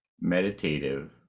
meditative